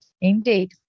Indeed